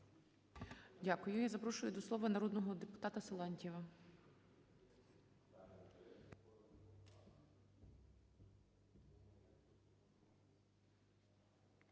Дякую. Запрошую до слова народного депутата Силантьєва.